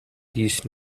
these